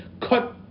cut